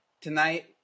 tonight